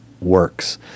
works